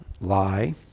lie